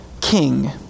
king